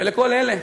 ולכל אלה